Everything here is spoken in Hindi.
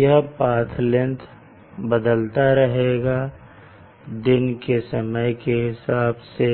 यह पाथ लेंगथ बदलता रहेगा दिन के समय के हिसाब से